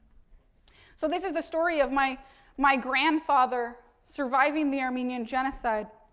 so this is the story of my my grandfather surviving the armenian genocide.